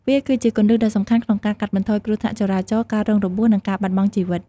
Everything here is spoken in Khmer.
វាគឺជាគន្លឹះដ៏សំខាន់ក្នុងការកាត់បន្ថយគ្រោះថ្នាក់ចរាចរណ៍ ការរងរបួស និងការបាត់បង់ជីវិត។